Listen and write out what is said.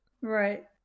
Right